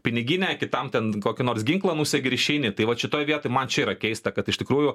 piniginę kitam ten kokį nors ginklą nusegi ir išeini tai vat šitoj vietoj man čia yra keista kad iš tikrųjų